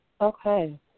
Okay